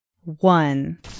one